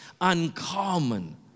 uncommon